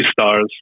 stars